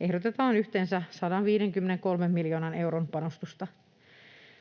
ehdotetaan yhteensä 153 miljoonan euron panostusta.